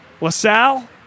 LaSalle